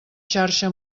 xarxa